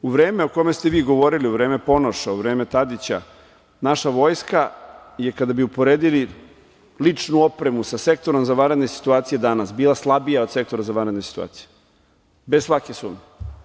U vreme o kome ste vi govorili, u vreme Ponoša, u vreme Tadića, naša vojska je kada bi uporedili ličnu opremu sa Sektorom za vanredne situacije danas, bila slabija od Sektora za vanredne situacije, bez svake sumnje.